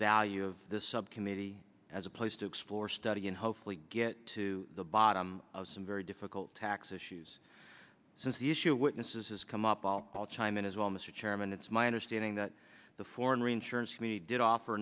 value of this subcommittee as a place to explore study and hopefully get to the bottom of some very difficult tax issues since the issue witnesses has come up all i'll chime in as well mr chairman it's my understanding that the foreign reinsurance for me did offer